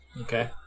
Okay